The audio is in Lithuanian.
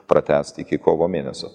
pratęsti iki kovo mėnesio